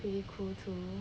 really cool too